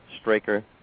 Straker